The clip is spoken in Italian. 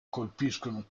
colpiscono